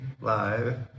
Live